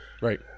right